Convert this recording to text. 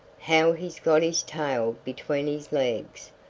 how he's got his tail between his legs.